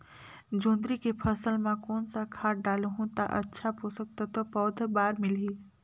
जोंदरी के फसल मां कोन सा खाद डालहु ता अच्छा पोषक तत्व पौध बार मिलही?